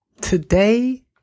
today